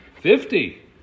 Fifty